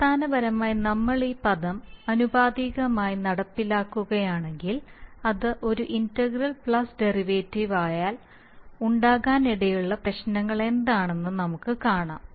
അടിസ്ഥാനപരമായി നമ്മൾ ഈ പദം ആനുപാതികമായി നടപ്പിലാക്കുകയാണെങ്കിൽ അത് ഒരു ഇന്റഗ്രൽ പ്ലസ് ഡെറിവേറ്റീവ് ആയാൽ ഉണ്ടാകാനിടയുള്ള പ്രശ്നങ്ങൾ എന്താണെന്ന് നമുക്ക് കാണാം